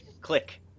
Click